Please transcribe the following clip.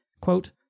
Quote